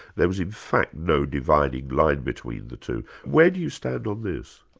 there was in fact no dividing line between the two. where do you stand on this?